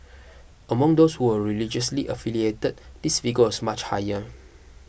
among those who were religiously affiliated this figure was much higher